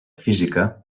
física